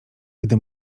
gdy